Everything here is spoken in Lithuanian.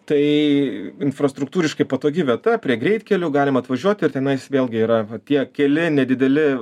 tai infrastruktūriškai patogi vieta prie greitkelių galim atvažiuoti ir tenais vėlgi yra tie keli nedideli